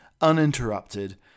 uninterrupted